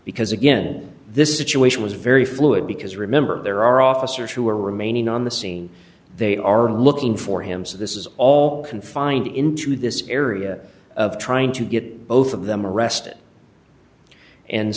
because again this situation was very fluid because remember there are officers who are remaining on the scene they are looking for him so this is all confined into this area of trying to get both of them arrested and